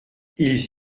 ils